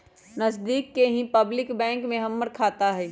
नजदिके के ही पब्लिक बैंक में हमर खाता हई